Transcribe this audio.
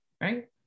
right